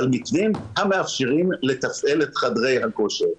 על מתווים המאפשרים לתפעל את חדרי הכושר.